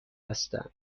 هستند